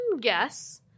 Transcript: guess